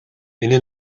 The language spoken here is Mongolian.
энэ